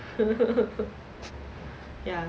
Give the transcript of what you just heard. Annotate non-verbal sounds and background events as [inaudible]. [laughs] ya